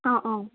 অঁ অঁ